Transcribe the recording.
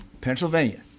Pennsylvania